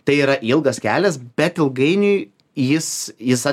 tai yra ilgas kelias bet ilgainiui jis atneša vaisius